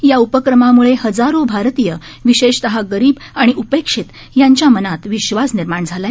या उप्रकमामुळे हजारो भारतीय विशेषतः गरीब आणि उपेक्षितांच्या मनात विश्वास निर्माण झाला आहे